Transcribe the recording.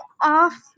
off